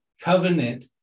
Covenant